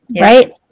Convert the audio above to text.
right